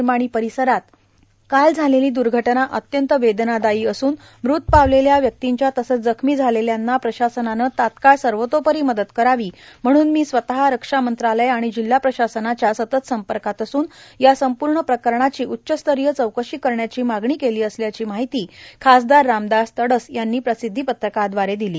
वर्धा जिल्हयातील प्लगाव आय्ध निर्माणी परीसरात काल झालेली द्र्घटना अत्यंत वेदनादायी अस्न मृत पावलेल्या व्यक्तींच्या तसंच जखमी झालेल्यांना प्रशासनाने तात्काळ सर्वतोपरी मदत करावी म्हणून मी स्वतः रक्षा मंत्रालय आणि जिल्हा प्रशासनाच्या सतत संपर्कात असून या संपर्ण प्रकरणाची उच्चस्तरीय चौकशी करण्याची मागणी केली असल्याची माहिती खासदार रामदास तडस यांनी प्रसिध्दीपत्रकाव्दारे दिली